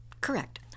Correct